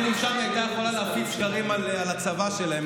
מעניין אם שם היא הייתה יכולה להפיץ שקרים על הצבא שלהם,